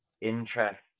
interest